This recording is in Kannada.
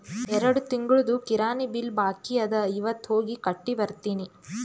ಎರಡು ತಿಂಗುಳ್ದು ಕಿರಾಣಿ ಬಿಲ್ ಬಾಕಿ ಅದ ಇವತ್ ಹೋಗಿ ಕಟ್ಟಿ ಬರ್ತಿನಿ